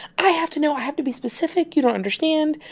i have to know. i have to be specific. you don't understand.